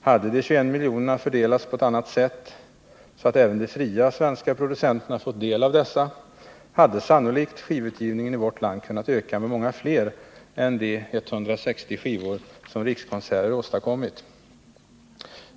Hade de 21 miljonerna fördelats på ett annat sätt — så att även de fria svenska producenterna fått del av dem — hade sannolikt skivutgivningen i vårt land kunnat öka med många fler än de 160 skivor som Rikskonserter åstadkommit.